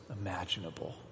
imaginable